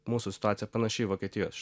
mūsų situacija panaši į vokietijos